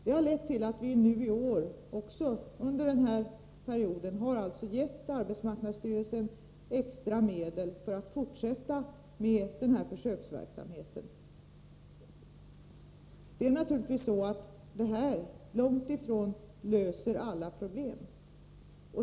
Det har resulterat i att vi även i år har gett arbetsmarknadsstyrelsen extra medel för att man skall kunna fortsätta med försöksverksamheten. Det är naturligtvis så att det här inte på långt när löser alla problem.